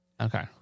okay